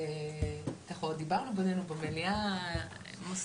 וכבר דיברנו במליאה, מוסי,